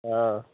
हाँ